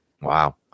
Wow